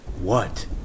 What